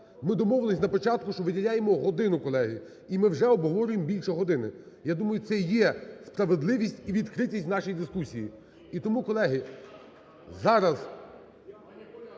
ми домовились на початку, що виділяємо годину, колеги, і ми вже обговорюємо більше години. Я думаю, це і є справедливість і відкритість в нашій дискусії.